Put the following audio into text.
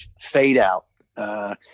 fade-out